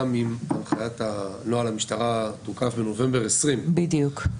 נוהל המשטרה תוקף בנובמבר 2020,